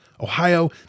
Ohio